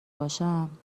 باشم